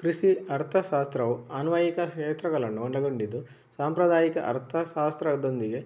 ಕೃಷಿ ಅರ್ಥಶಾಸ್ತ್ರವು ಅನ್ವಯಿಕ ಕ್ಷೇತ್ರಗಳನ್ನು ಒಳಗೊಂಡಿದ್ದು ಸಾಂಪ್ರದಾಯಿಕ ಅರ್ಥಶಾಸ್ತ್ರದೊಂದಿಗೆ